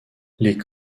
les